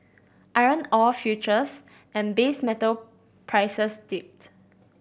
iron ore futures and base metal prices dipped